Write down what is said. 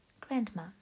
Grandma